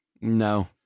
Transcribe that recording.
No